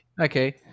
Okay